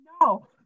no